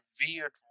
revered